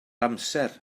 amser